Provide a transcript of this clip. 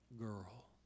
girl